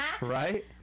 Right